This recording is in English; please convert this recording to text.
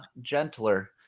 gentler